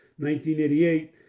1988